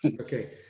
Okay